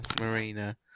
Marina